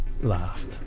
laughed